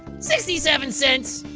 sixty seven cents!